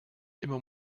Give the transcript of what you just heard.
immer